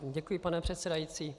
Děkuji, pane předsedající.